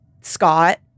Scott